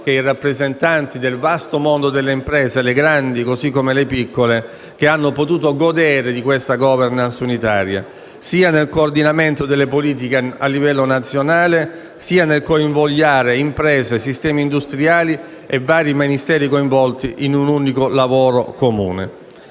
che i rappresentanti del vasto mondo delle grande e piccole imprese, che hanno potuto godere di questa *governance* unitaria - sia nel coordinamento delle politiche a livello nazionale, sia nel convogliare imprese, sistemi industriali e i vari Ministeri coinvolti in un unico lavoro comune.